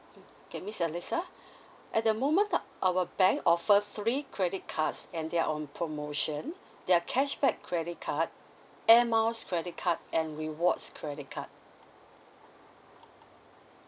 mm K miss alisa at the moment o~ our bank offer three credit cards and they're on promotion there are cashback credit card air miles credit card and rewards credit card